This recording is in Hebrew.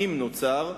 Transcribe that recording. אם נוצר,